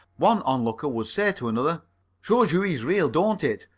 one onlooker would say to another shows you he's real, don't it?